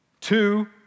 Two